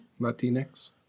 Latinx